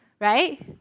right